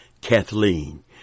Kathleen